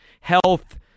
health